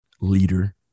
Leader